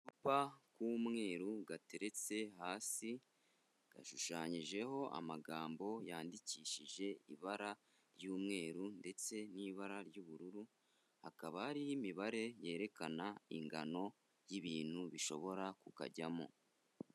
Agacupa k'umweru gateretse hasi, gashushanyijeho amagambo yandikishije ibara ry'umweru ndetse n'ibara ry'ubururu, hakaba hariho imibare yerekana ingano y'ibintu bishobora kukajyamo.